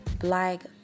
black